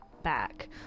back